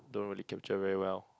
don't really capture very well